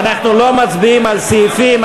ואנחנו לא מצביעים על סעיפים,